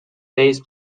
bass